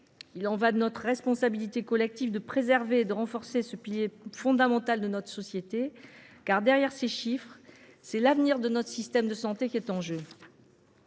Il est de notre responsabilité collective de préserver et de renforcer ce pilier fondamental de notre société, car, derrière ces chiffres, c’est l’avenir de notre système de santé qui est en jeu.